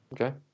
Okay